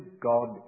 God